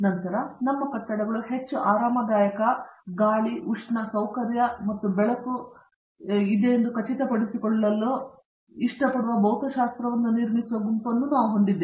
ನಂತರ ನಮ್ಮ ಕಟ್ಟಡಗಳು ಹೆಚ್ಚು ಆರಾಮದಾಯಕ ಗಾಳಿ ಉಷ್ಣ ಸೌಕರ್ಯ ಮತ್ತು ಬೆಳಕು ಎಂದು ಖಚಿತಪಡಿಸಿಕೊಳ್ಳಲು ಇಷ್ಟಪಡುವ ಭೌತಶಾಸ್ತ್ರವನ್ನು ನಿರ್ಮಿಸುವ ಗುಂಪನ್ನೂ ನಾವು ಹೊಂದಿದ್ದೇವೆ